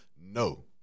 No